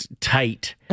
tight